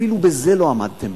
אפילו בזה לא עמדתם.